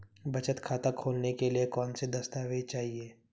बचत खाता खोलने के लिए कौनसे दस्तावेज़ चाहिए?